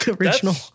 original